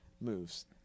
moves